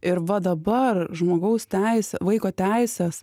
ir va dabar žmogaus teisė vaiko teisės